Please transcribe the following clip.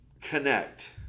connect